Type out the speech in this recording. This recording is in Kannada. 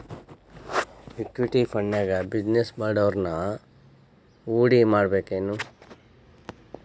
ಇಕ್ವಿಟಿ ಫಂಡ್ನ್ಯಾಗ ಬಿಜಿನೆಸ್ ಮಾಡೊವ್ರನ ಹೂಡಿಮಾಡ್ಬೇಕೆನು?